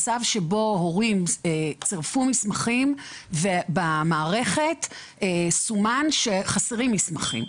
למצב שבו הורים צירפו מסמכים ובמערכת סומן שחסרים מסמכים,